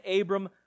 Abram